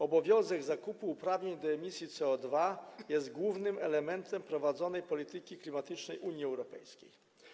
Obowiązek zakupu uprawnień do emisji CO2 jest głównym elementem prowadzonej polityki klimatycznej Unii Europejskiej.